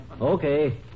Okay